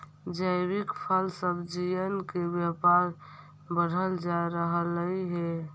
जैविक फल सब्जियन के व्यापार बढ़ल जा रहलई हे